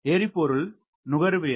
எரிபொருள் நுகர்வு என்ன